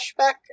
flashback